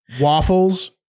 Waffles